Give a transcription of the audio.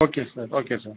okay sir okay sir